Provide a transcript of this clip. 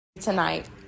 tonight